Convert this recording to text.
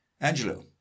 angelo